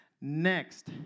Next